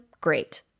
great